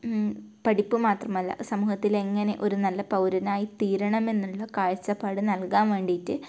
പഠിപ്പ് മാത്രമല്ല സമൂഹത്തിൽ എങ്ങനെ ഒരു നല്ല പൗരനായി തീരണമെന്നുള്ള കാഴ്ചപ്പാട് നൽകാൻ വേണ്ടിയിട്ട്